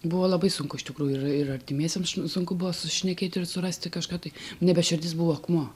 buvo labai sunku iš tikrųjų ir ir artimiesiems sunku buvo susišnekėti ir surasti kažką tai nebe širdis buvo akmuo